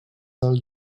del